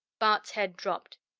bart's head dropped.